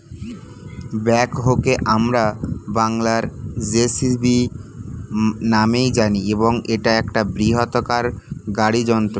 ব্যাকহোকে আমরা বংলায় জে.সি.বি নামেই জানি এবং এটা একটা বৃহদাকার গাড়ি যন্ত্র